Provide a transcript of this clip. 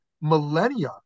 millennia